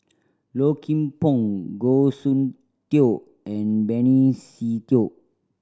Low Kim Pong Goh Soon Tioe and Benny Se Teo